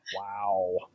Wow